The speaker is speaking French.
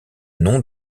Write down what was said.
nom